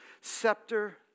scepter